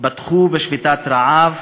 בשביתת רעב